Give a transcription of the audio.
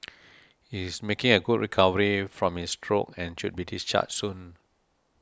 he is making good recovery from his stroke and should be discharged soon